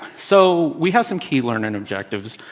so we have some key learning objectives,